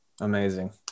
Amazing